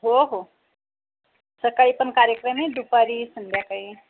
हो हो सकाळी पण कार्यक्रम आहे दुपारी संध्याकाळी